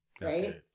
Right